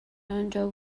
انجا